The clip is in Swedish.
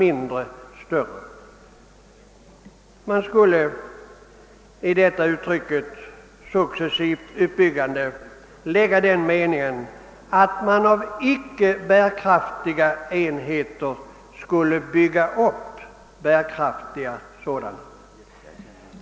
I uttrycket successivt uppbyggande skulle man inlägga den meningen att man av »icke bärkraftiga» enheter skulle bygga upp bärkraftiga sådana.